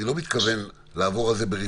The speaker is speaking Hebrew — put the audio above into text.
אני לא מתכוון לעבור על זה ברפרוף,